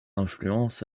influence